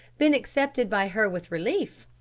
been accepted by her with relief.